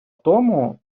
тому